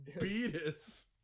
Beatus